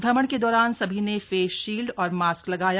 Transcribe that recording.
भ्रमण के दौरान सभी ने फेस शील्ड और मास्क लगाया